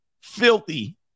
Filthy